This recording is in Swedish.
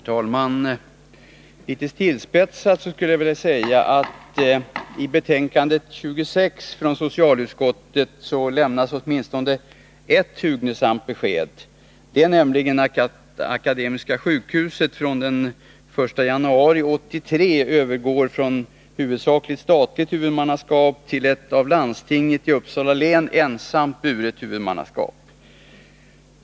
Herr talman! Litet tillspetsat skulle jag vilja säga att i betänkande 26 från socialutskottet lämnas åtminstone ett hugnesamt besked, nämligen att Akademiska sjukhuset från den 1 januari 1983 övergår från huvudsakligen statligt huvudmannaskap till ett av landstinget i Uppsala län ensamt buret huvudmannaskap.